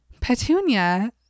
Petunia